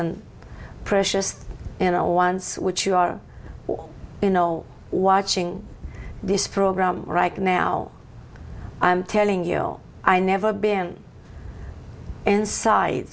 and precious you know once which you are or you know watching this program right now i'm telling you i never been inside